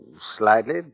Slightly